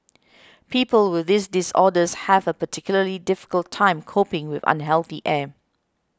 people with these disorders have a particularly difficult time coping with unhealthy air